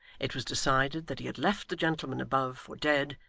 it was decided that he had left the gentleman above, for dead,